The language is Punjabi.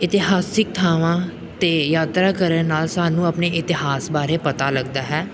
ਇਤਿਹਾਸਿਕ ਥਾਵਾਂ 'ਤੇ ਯਾਤਰਾ ਕਰਨ ਨਾਲ ਸਾਨੂੰ ਆਪਣੇ ਇਤਿਹਾਸ ਬਾਰੇ ਪਤਾ ਲੱਗਦਾ ਹੈ